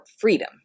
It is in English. freedom